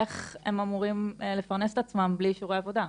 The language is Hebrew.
איך הם אמורים לפרנס את עצמם בלי אישורי עבודה?